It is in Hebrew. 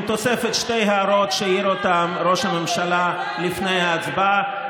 עם תוספת שתי הערות שהעיר אותן ראש הממשלה לפני ההצבעה.